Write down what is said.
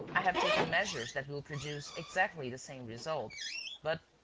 i have taken measures that will produce exactly the same result but,